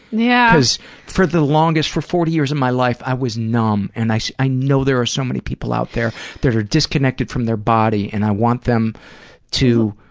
yeah cause for the longest for forty years of my life, i was numb, and i so i know there are so many people out there that are disconnected from their body and i want them to.